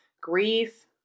grief